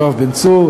יואב בן צור,